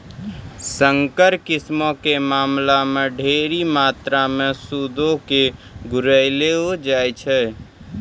संकर किस्मो के मामला मे ढेरी मात्रामे सूदो के घुरैलो जाय छै